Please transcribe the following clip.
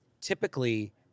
typically